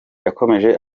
yakomeje